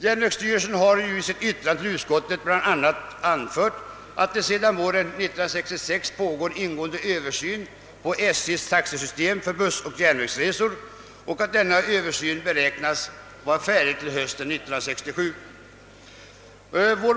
Järnvägsstyrelsen har i sitt yttrande över motionerna bl.a. anfört att det sedan våren 1966 pågår en ingående översyn av SJ:s taxesystem för bussoch järnvägsresor och att denna beräknas bli färdig under hösten 1967.